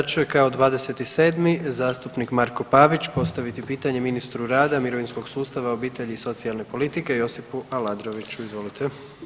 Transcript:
Sada će kao 27. zastupnik Marko Pavić postaviti pitanje ministru rada, mirovinskog sustava, obitelji i socijalne politike Josipu Aladroviću, izvolite.